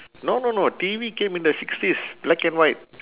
no no no T_V came in the sixties black and white